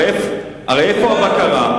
הרי איפה הבקרה?